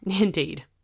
Indeed